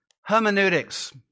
Hermeneutics